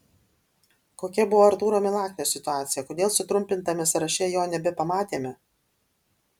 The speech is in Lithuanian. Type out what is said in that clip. kokia buvo artūro milaknio situacija kodėl sutrumpintame sąraše jo nebepamatėme